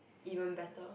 even better